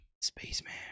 Spaceman